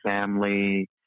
family